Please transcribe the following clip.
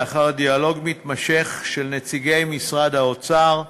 לאחר דיאלוג מתמשך של נציגי משרד האוצר,